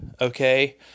okay